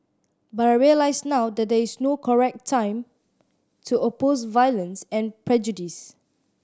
but I realise now that there is no correct time to oppose violence and prejudice